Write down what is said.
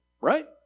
Right